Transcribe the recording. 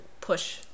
push